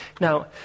Now